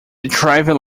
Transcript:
driving